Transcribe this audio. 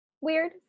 weird